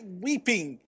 weeping